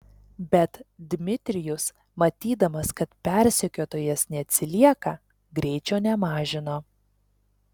bet dmitrijus matydamas kad persekiotojas neatsilieka greičio nemažino